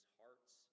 hearts